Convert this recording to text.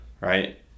Right